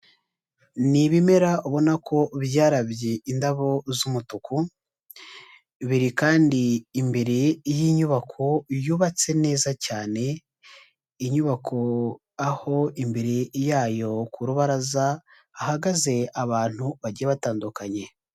Ni ibimera ubona ko byarabye indabo z'umutuku, biri kandi imbere y'inyubako yubatse neza cyane, inyubako aho imbere yayo ku rubaraza hahagaze abantu bagiye batandukanye.